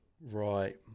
Right